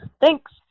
thanks